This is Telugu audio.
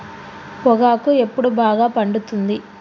పొగాకు ఎప్పుడు బాగా పండుతుంది?